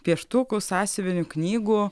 pieštukų sąsiuvinių knygų